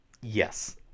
yes